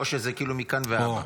-- או שזה מכאן והלאה?